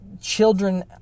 children